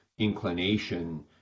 inclination